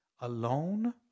alone